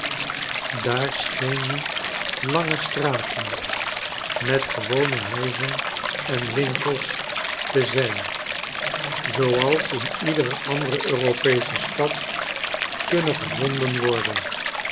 daar schenen lange straten met gewone huizen en winkels te zijn zooals in iedere andere europeesche stad kunnen gevonden worden